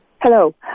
Hello